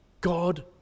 God